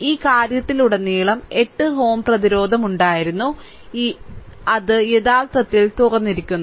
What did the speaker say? ഈ കാര്യത്തിലുടനീളം ഈ 8 Ω പ്രതിരോധം ഉണ്ടായിരുന്നു അത് യഥാർത്ഥത്തിൽ തുറന്നിരിക്കുന്നു